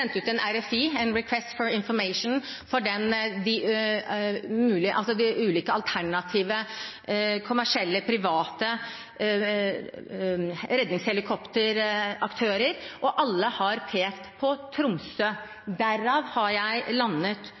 ut en RIF, «Request for Information», fra de ulike alternative kommersielle, private redningshelikopteraktørene, og alle har pekt på Tromsø. Derfor har jeg landet